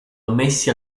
ammessi